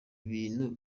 bintu